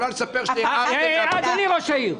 את יכולה לספר שערערתם --- אדוני ראש העיר.